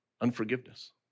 unforgiveness